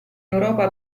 europa